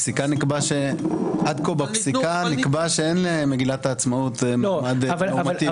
עד כה בפסיקה נקבע שאין למגילת העצמאות מעמד נורמטיבי.